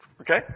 Okay